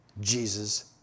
Jesus